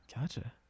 Gotcha